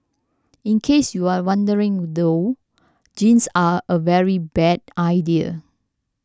in case you are wondering though jeans are a very bad idea